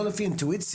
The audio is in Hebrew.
ולא לפי אינטואיציות.